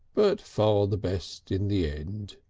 but far the best in the end.